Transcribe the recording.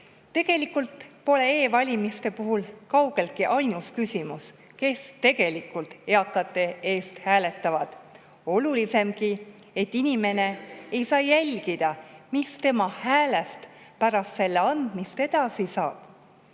Tegelikult pole e‑valimiste puhul kaugeltki ainus küsimus see, kes tegelikult eakate eest hääletavad. Olulisemgi on see, et inimene ei saa jälgida, mis tema häälest pärast selle andmist edasi saab.